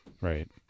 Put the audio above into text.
Right